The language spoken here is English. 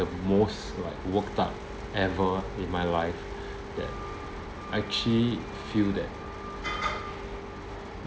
the most like worked up ever in my life that actually feel that